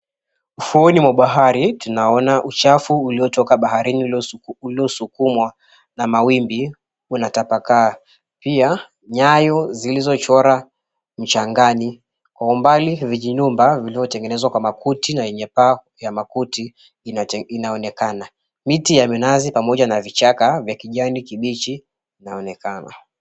Ufuoni mwa bahari tunaona uchafu uliotoka baharini uliosukumwa na mawimbi umetapakaa, pia nyayo zilizochora mchangani. Kwa umbali vijinyumba vilivyotengenezwa kwa makuti na yenye paa ya makuti inaonekana. Miti ya minazi pamoja na vichaka vya kijani kibichi vinaonekana.